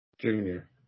Junior